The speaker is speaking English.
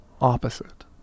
opposite